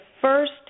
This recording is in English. first